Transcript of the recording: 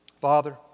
Father